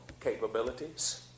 capabilities